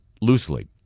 loosely